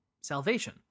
salvation